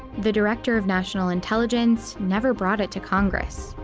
the director of national intelligence never brought it to congress.